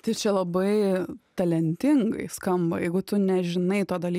tai čia labai talentingai skamba jeigu tu nežinai to daly